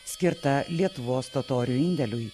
skirta lietuvos totorių indėliui